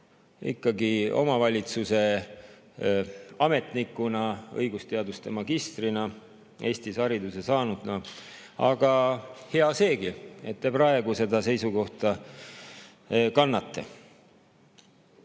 ikkagi omavalitsuse ametnikuna, õigusteaduse magistrina, Eestis hariduse saanuna. Aga hea seegi, et te praegu seda seisukohta kannate.